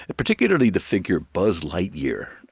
ah particularly the figure buzz lightyear,